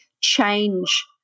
change